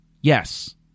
Yes